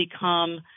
become